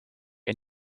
een